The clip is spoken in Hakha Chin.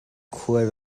khua